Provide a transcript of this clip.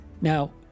Now